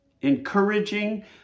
encouraging